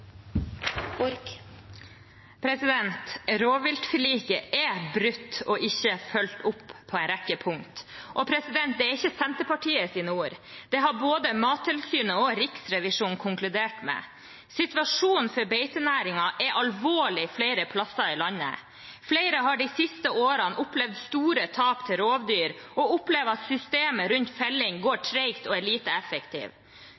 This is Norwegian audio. brutt og ikke fulgt opp på en rekke punkter. Dette er ikke Senterpartiets ord. Dette har både Mattilsynet og Riksrevisjonen konkludert med. Situasjonen for beitenæringene er alvorlig flere steder i landet. Flere har de siste årene opplevd store tap til rovdyr og opplever at systemet rundt felling